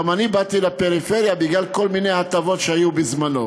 גם אני באתי לפריפריה בגלל כל מיני הטבות שהיו בזמנן,